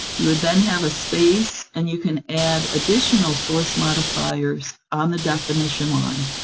you would then have a space, and you can add additional source modifiers on the definition line.